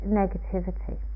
negativity